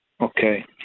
Okay